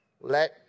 Let